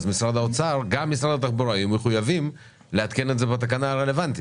משרד האוצר ומשרד התחבורה יהיו מחויבים לעדכן את זה בתקנה הרלוונטית.